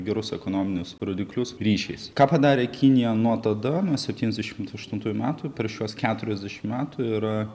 gerus ekonominius rodiklius ryšiais ką padarė kinija nuo tada nuo septyniasdešimt aštuntųjų metų per šiuos keturiasdešim metų yra